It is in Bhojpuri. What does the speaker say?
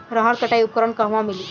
रहर कटाई उपकरण कहवा मिली?